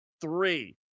three